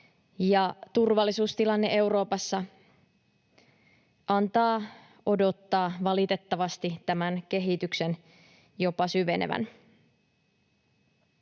turvallisuustilanne Euroopassa antaa valitettavasti odottaa tämän kehityksen jopa syvenevän.